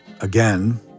again